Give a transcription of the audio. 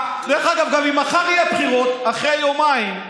דרך אגב, גם אם מחר יהיו בחירות, אחרי יומיים,